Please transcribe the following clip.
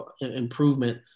improvement